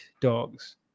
dogs